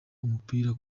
umupira